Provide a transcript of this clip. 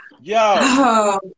Yo